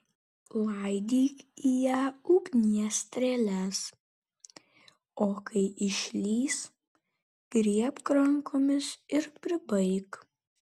laidyk į ją ugnies strėles o kai išlįs griebk rankomis ir pribaik